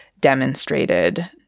demonstrated